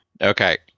okay